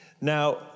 Now